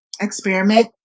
experiment